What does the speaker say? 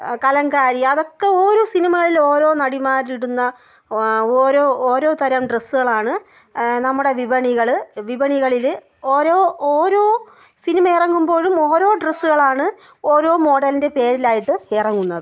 കലങ്കാരി അതൊക്കെ ഓരോ സിനിമകളിൽ ഓരോ നടിമാരിടുന്ന ഓരോ ഓരോ തരം ഡ്രസ്സുകളാണ് നമ്മുടെ വിപണികൾ വിപണികളിൽ ഓരോ ഓരോ സിനിമ ഇറങ്ങുമ്പോഴും ഓരോ ഡ്രസ്സുകളാണ് ഓരോ മോഡലിൻ്റെ പേരിലായിട്ട് ഇറങ്ങുന്നത്